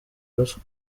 ruswa